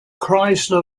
chrysler